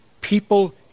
people